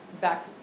back